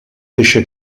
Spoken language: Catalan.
deixa